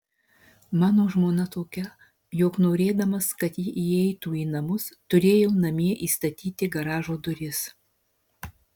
mano žmona tokia jog norėdamas kad ji įeitų į namus turėjau namie įstatyti garažo duris